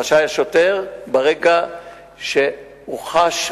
רשאי השוטר ברגע שהוא חש,